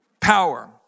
power